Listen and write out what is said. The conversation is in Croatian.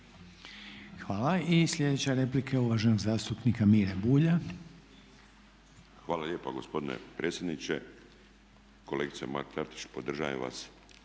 Hvala. I sljedeća replika je uvaženog zastupnika Mire Bulja. **Bulj, Miro (MOST)** Hvala lijepa gospodine predsjedniče. Kolega Mrak-Taritaš podržajem vas